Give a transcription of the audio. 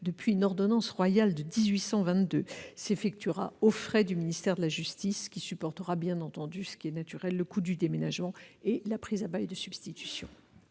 vertu d'une ordonnance royale de 1822, s'effectuera aux frais du ministère de la justice, qui supportera bien entendu le coût du déménagement et de la prise à bail de substitution.